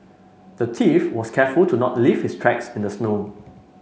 the thief was careful to not leave his tracks in the snow